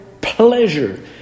pleasure